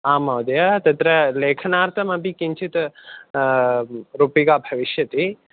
आम् महोदय तत्र लेखनार्थमपि किञ्चित् रूप्यका भविष्यति